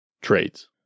trades